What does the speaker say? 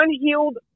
unhealed